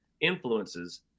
influences